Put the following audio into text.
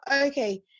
okay